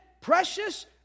Precious